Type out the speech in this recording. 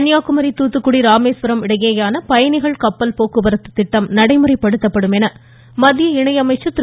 கன்னியாக்குமரி தூத்துக்குடி ராமேஸ்வரம் இடையேயான பயணிகள் கப்பல் போக்குவரத்து திட்டம் நடைமுறைப்படுத்தப்படும் என மத்திய இணை அமைச்சர் திரு